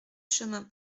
chemin